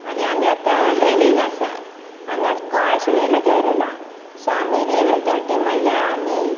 आनी आमी आतां ट्रेनीन आसात हांगा गोंयासून येयलां केरलां सो आमी लेवॅन थर्टी म्हणल्यार आमी